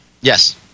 yes